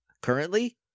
Currently